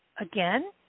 again